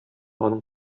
аның